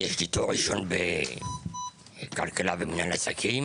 יש לי תואר ראשון בכלכלה ומנהל עסקים